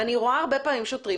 אני רואה הרבה פעמים שוטרים,